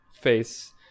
face